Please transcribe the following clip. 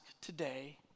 today